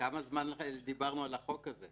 כמה זמן דיברנו על החוק הזה?